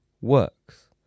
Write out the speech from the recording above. works